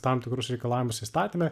tam tikrus reikalavimus įstatyme